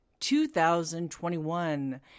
2021